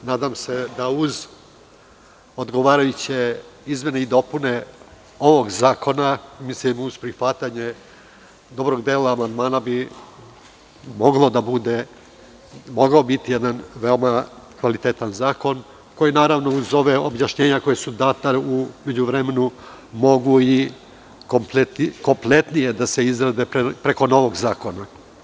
Nadam se da bi uz odgovarajuće izmene i dopune ovog zakona, uz prihvatanje dobrog dela amandmana, moglo da bude jedan veoma kvalitetan zakon, koji uz ova objašnjenja koja su data u međuvremenu mogu i kompletnije da se izrade preko novog zakona.